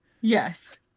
Yes